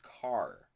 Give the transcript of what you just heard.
car